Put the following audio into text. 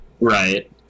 right